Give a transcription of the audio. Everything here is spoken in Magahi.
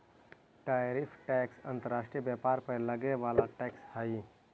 टैरिफ टैक्स अंतर्राष्ट्रीय व्यापार पर लगे वाला टैक्स हई